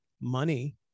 money